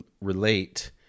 relate